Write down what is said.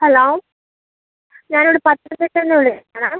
hello ഞാൻ ഇവിടെ പത്തനംതിട്ട നിന്ന് വിളിക്കുന്നതാണ്